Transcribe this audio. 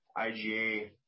IGA